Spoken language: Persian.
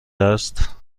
است